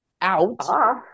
out